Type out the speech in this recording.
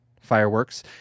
fireworks